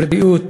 בריאות,